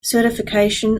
certification